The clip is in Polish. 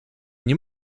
nie